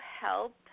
help